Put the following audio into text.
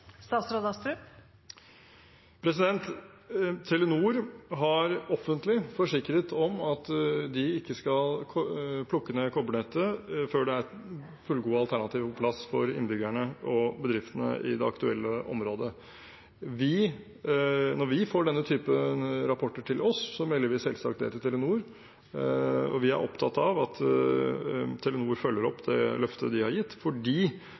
Telenor har offentlig forsikret om at de ikke skal plukke ned kobbernettet før det er fullgode alternativer på plass for innbyggerne og bedriftene i det aktuelle området. Når vi får denne typen rapporter til oss, melder vi det selvsagt til Telenor. Vi er opptatt av at Telenor følger opp løftet de har gitt, fordi